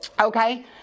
okay